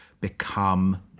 become